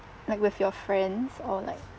like with your friends or like